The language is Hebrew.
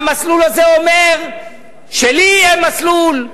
והמסלול הזה אומר שלי יהיה מסלול,